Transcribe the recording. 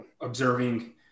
observing